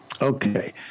Okay